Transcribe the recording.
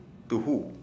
to who